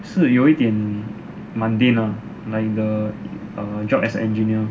是有一点 mundane ah a job as engineer